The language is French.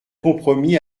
compromis